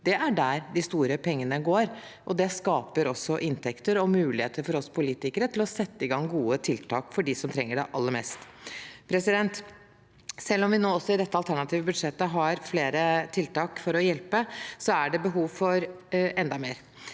Det er dit de store pengene går, og det skaper også inntekter og muligheter for oss politikere til å sette i gang gode tiltak for dem som trenger det aller mest. Selv om vi også i dette alternative budsjettet har flere tiltak for å hjelpe, er det behov for enda mer.